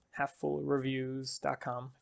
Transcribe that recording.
halffullreviews.com